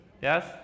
yes